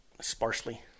sparsely